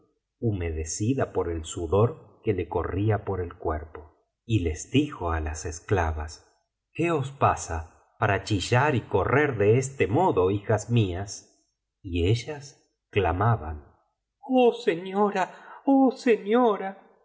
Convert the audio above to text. humedecida por el sudor que le corría por el cuerpo y les dijo á las esclavas qué os pasa para chillar y correr de este modo hijas mías y ellas clamaban oh señora oh señora